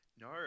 No